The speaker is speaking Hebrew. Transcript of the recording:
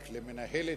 אני, כמובן, רציתי